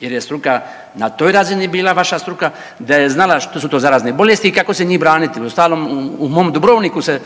jer je struka na toj razini bila, vaša struka, da je znala što su to zarazne bolesti i kako se njih braniti. Uostalom, u mom Dubrovniku se